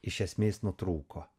iš esmės nutrūko